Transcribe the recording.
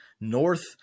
North